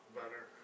better